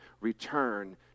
Return